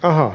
aha